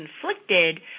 conflicted